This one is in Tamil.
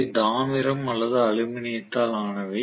அவை தாமிரம் அல்லது அலுமினியத்தால் ஆனவை